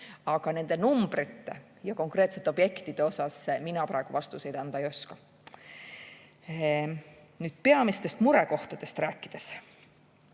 Aga nende numbrite ja konkreetsete objektide kohta mina praegu vastuseid anda ei oska. Peamistest murekohtadest rääkides